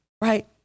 right